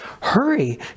hurry